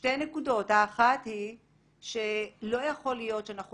שתי נקודות: האחת היא שלא יכול להיות שאנחנו